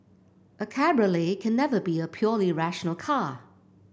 a cabriolet can never be a purely rational car